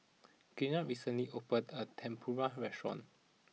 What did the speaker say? Girtha recently opened a Tempura restaurant